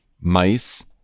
mice